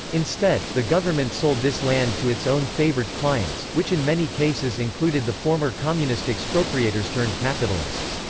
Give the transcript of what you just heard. instead, the government sold this land to its own favored clients, which in many cases included the former communist expropriators-turned-capitalists.